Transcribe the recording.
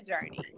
journey